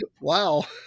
Wow